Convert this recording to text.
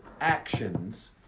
actions